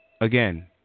Again